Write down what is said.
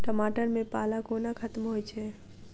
टमाटर मे पाला कोना खत्म होइ छै?